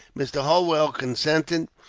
mr. holwell consented,